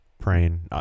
praying